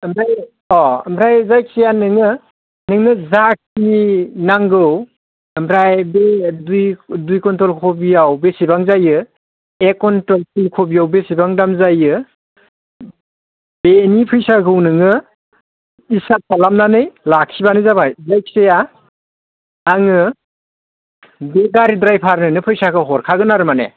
ओमफ्राय अह ओमफ्राय जायखिया नोङो नोङो जाखिनि नांगौ ओमफ्राय बे दुइ दुइ कुन्टोल कबियाव बेसेबां जायो एक कुन्टोल फुल कबियाव बेसेबां दाम जायो बेनि फैसाखौ नोङो हिसाब खालामनानै लाखिबानो जाबाय जायखिजाया आङो बे गारि ड्राइभारनोनो फैसाखौ हरखागोन आरो माने